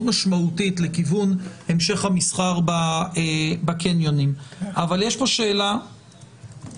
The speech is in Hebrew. משמעותית לכיוון המשך המסחר בקניונים אבל יש כאן שאלה